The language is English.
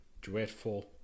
dreadful